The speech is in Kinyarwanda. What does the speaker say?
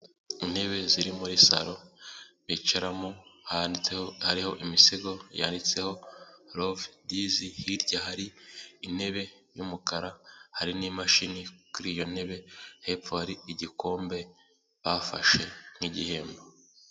Intebe ziri muri salon bicaraho, kandi ziriho imisego yanditseho "Rove Dis." hirya hari intebe y'umukara, hari n'imashini iri kuri iyo ntebe. hepfo, hari igikombe bafashe nk'gihembo.